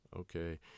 Okay